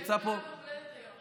יום הולדת היום,